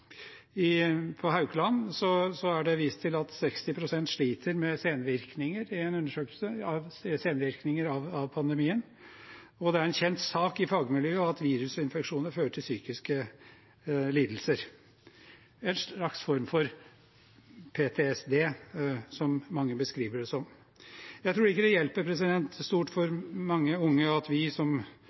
På Haukeland er det i en undersøkelse vist til at 60 pst. sliter med senvirkninger av pandemien. Det er en kjent sak i fagmiljøet av virusinfeksjoner fører til psykiske lidelser, en slags form for PTSD, som mange beskriver det som. Jeg tror ikke det hjelper stort for mange unge at vi som